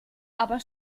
aber